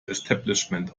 establishment